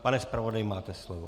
Pane zpravodaji, máte slovo.